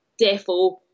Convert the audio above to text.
Defo